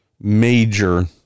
major